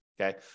Okay